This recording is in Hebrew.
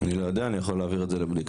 אני לא יודע, אני יכול להעביר את לבדיקה.